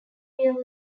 real